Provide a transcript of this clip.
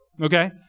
Okay